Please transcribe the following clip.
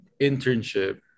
internship